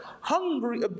Hungry